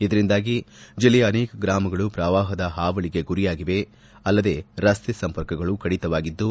ಇದರಿಂದಾಗಿ ಜಿಲ್ಲೆಯ ಅನೇಕ ಗ್ರಾಮಗಳು ಅನೇಕ ಗ್ರಾಮಗಳು ಪ್ರವಾಹದ ಹಾವಳಗೆ ಗುರಿಯಾಗಿವೆ ಅಲ್ಲದೆ ರಸ್ತೆ ಸಂಪರ್ಕಗಳು ಕಡಿತವಾಗಿದ್ದು